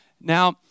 Now